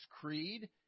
Creed